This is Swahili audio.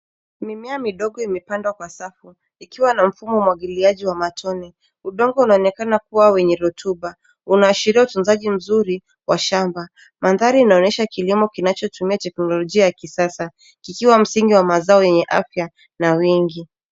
Mimea midogo imepandwa kwa safu, ikiwa na mfumo wa umwagiliaji wa matone. Udongo unaonekana kuwa wenye rutuba, unaashiria utunzaji mzuri wa shamba. Mandhari yanaonyesha kilimo kinachotumia teknolojia ya kisasa, ikiwa mazao yenye msingi wa afya na wengi.